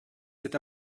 cet